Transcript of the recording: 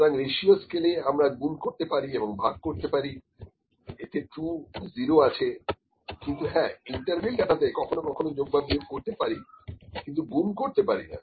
সুতরাং ratio scale এ আমরা গুন্ করতে পারি এবং ভাগ করতে পারি এতে ট্রু 0 আছে কিন্তু হ্যাঁ ইন্টারভেল ডাটাতে কখনো কখনো যোগ বা বিয়োগ করতে পারি কিন্তু গুন্ করতে পারি না